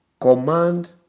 command